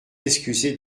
excusez